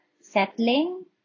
settling